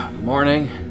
Morning